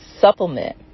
supplement